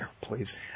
Please